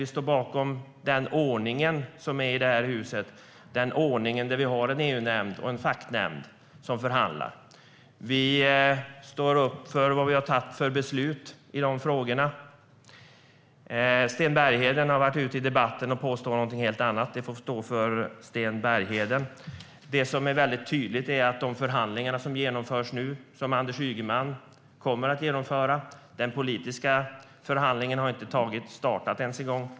Vi står bakom ordningen här i huset med en EU-nämnd och ett fackutskott som förhandlar. Vi står upp för fattade beslut i frågorna. Sten Bergheden har i debatten påstått något helt annat. Det får stå för Sten Bergheden. Det som är tydligt är de förhandlingar som har genomförts och som Anders Ygeman kommer att genomföra. Den politiska förhandlingen har inte startats ens en gång.